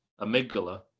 Amygdala